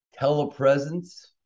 telepresence